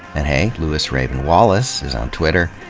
and hey, lewis raven wallace is on twitter,